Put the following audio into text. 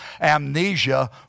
amnesia